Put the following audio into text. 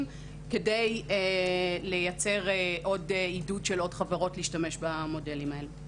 כדי לייצר עידוד של עוד חברות להשתמש במודלים האלה.